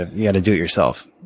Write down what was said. ah yeah to do it yourself.